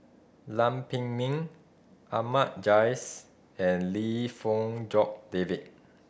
Lam Pin Min Ahmad Jais and Lim Fong Jock David